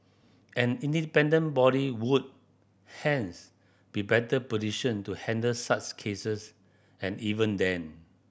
an independent body would hence be better positioned to handle such cases and even then